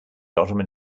ottoman